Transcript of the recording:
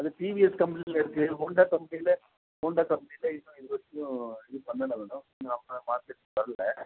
TVS கம்பெனியில் இருக்குது Honda கம்பெனியில் ஹோண்டா கம்பெனியில் இன்னும் இது வரைக்கும் இது பண்ணல இன்னும் இன்னும் மார்க்கெட்டுக்கு வரலை